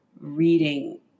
reading